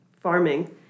farming